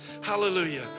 Hallelujah